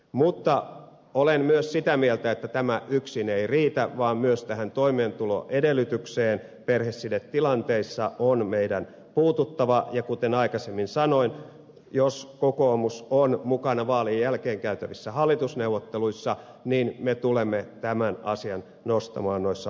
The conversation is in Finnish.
mutta olen myös sitä mieltä että tämä yksin ei riitä vaan myös tähän toimeentuloedellytykseen perhesidetilanteissa on meidän puututtava ja kuten aikaisemmin sanoin jos kokoomus on mukana vaalien jälkeen käytävissä hallitusneuvotteluissa niin me tulemme tämän asian nostamaan noissa hallitusneuvotteluissa esiin